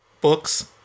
books